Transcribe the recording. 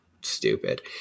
stupid